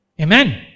Amen